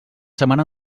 setmana